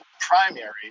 primary